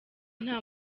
nta